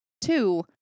Two